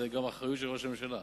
זאת גם האחריות של ראש הממשלה.